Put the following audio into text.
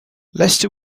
lester